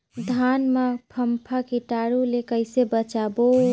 धान मां फम्फा कीटाणु ले कइसे बचाबो?